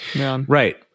Right